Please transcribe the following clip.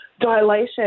Dilation